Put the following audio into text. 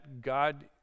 God